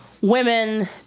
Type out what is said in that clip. women